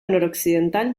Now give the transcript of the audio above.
noroccidental